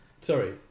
sorry